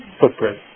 footprint